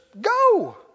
go